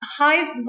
hive